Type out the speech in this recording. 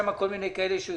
והוכנסו כאלה שהם